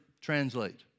translate